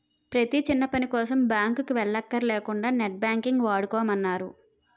ప్రతీ చిన్నపనికోసం బాంకుకి వెల్లక్కర లేకుంటా నెట్ బాంకింగ్ వాడుకోమన్నారు